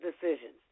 decisions